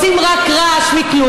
אדוני היושב-ראש,